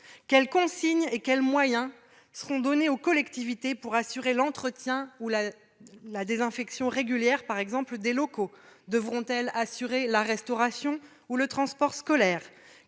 Quelles consignes et quels moyens seront donnés aux collectivités pour assurer l'entretien ou la désinfection régulière des locaux ? Devront-elles assurer la restauration ou le transport scolaire ?